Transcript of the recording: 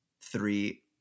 three